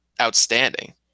outstanding